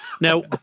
Now